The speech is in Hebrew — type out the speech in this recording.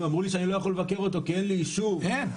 אמרו לי שאני לא יכול לבקר אותו כי אין לי אישור מהשר.